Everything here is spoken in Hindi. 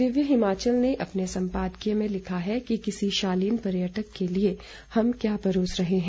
दिव्य हिमाचल ने अपने संपादकीय में लिखा है कि किसी शालीन पर्यटक के लिए हम परोस क्या रहे हैं